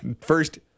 First